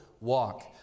walk